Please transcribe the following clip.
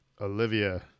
Olivia